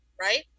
Right